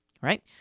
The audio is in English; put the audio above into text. Right